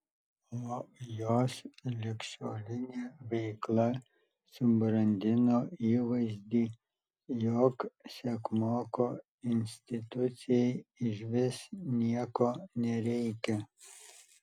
o jos ligšiolinė veikla subrandino įvaizdį jog sekmoko institucijai išvis nieko nereikia